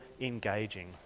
engaging